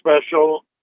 special